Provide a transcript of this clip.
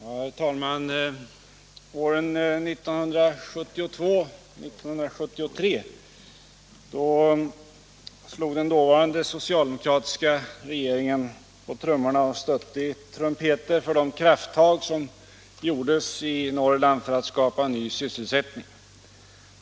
Herr talman! Åren 1972 och 1973 slog den dåvarande socialdemokratiska regeringen på trummorna och stötte i trumpeterna för de krafttag som gjordes i Norrland för att skapa ny sysselsättning.